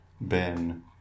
Ben